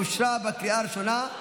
אינו נוכח,